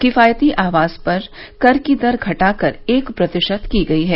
किफायती आवास पर कर की दर घटाकर एक प्रतिशत की गई है